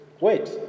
Wait